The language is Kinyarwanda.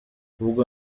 ubwo